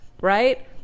right